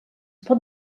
pot